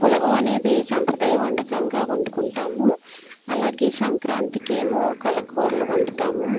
పులగం అనేది సాంప్రదాయ వంటకంగా వండుకుంటాము అలాగే సంక్రాంతికి ఏమో కలగూరలు వండుతాము